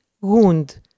wound